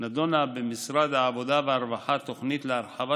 נדונה במשרד העבודה והרווחה תוכנית להרחבת